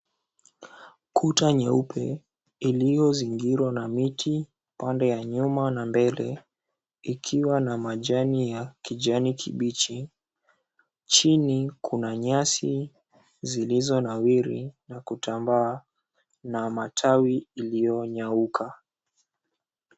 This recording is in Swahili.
Kuta nyeupe iliyozingirwa na miti upande ya nyuma na mbele, ikiwa na majani ya kijani kibichi. Chini kuna nyasi zilizonawiri na kutambaa na matawi iliyonyauka.